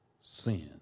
sin